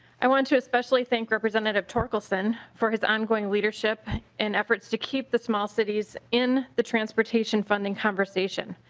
i want to especially thank representative torkelson for his ongoing leadership and efforts to keep the small cities in the transportation funding conversation.